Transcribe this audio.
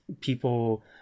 People